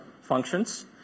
functions